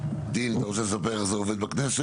דין, אתה רוצה לספר איך זה עובד בכנסת?